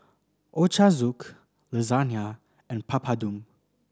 Ochazuke Lasagna and Papadum